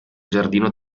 giardino